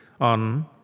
on